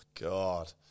god